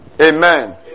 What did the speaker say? Amen